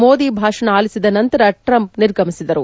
ಮೋದಿ ಭಾಷಣ ಆಲಿಸಿದ ನಂತರ ಟ್ರಂಪ್ ನಿರ್ಗಮಿಸಿದರು